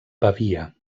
pavia